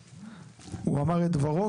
הוא אמר את דברו,